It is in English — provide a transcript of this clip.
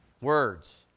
Words